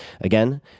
Again